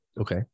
Okay